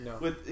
no